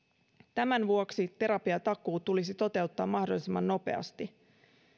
tämän vuoksi terapiatakuu tulisi toteuttaa mahdollisimman nopeasti